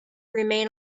remain